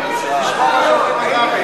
תשמע מה שהוא אומר על רבין,